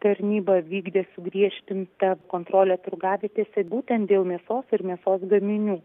tarnyba vykdė sugriežtintą kontrolę turgavietėse būtent dėl mėsos ir mėsos gaminių